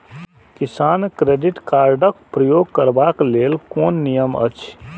किसान credit card क प्रयोग करबाक लेल कोन नियम अछि?